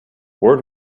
word